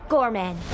Gorman